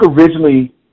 originally